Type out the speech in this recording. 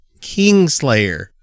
Kingslayer